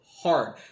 hard